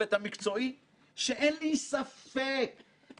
שכולם היו באמת לשם שמיים ועל מנת